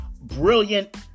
brilliant